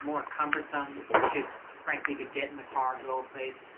more cumbersome to frankly to get in the car, go a place.